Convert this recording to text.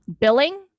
billing